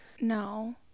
No